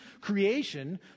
creation